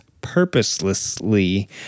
purposelessly